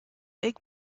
big